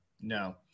No